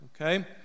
okay